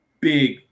big